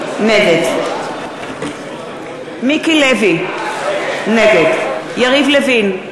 נגד יריב לוין,